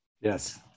Yes